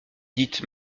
dite